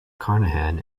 carnahan